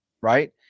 right